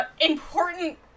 important